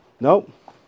Nope